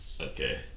Okay